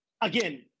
again